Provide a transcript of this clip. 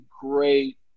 great